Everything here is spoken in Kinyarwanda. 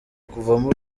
kuvamo